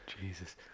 jesus